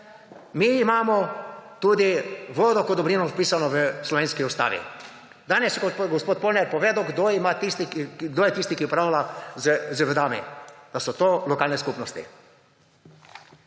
Mi imamo tudi vodo kot dobrino vpisano v slovenski ustavi. Danes, kot je gospod Polnar povedal, kdo je tisti, ki upravlja z vodami, da so to lokalne skupnosti.